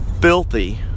filthy